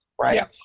right